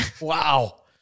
Wow